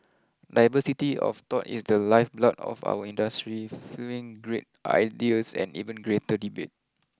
diversity of thought is the lifeblood of our industry fuelling great ideas and even greater debate